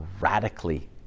radically